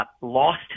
lost